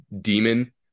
demon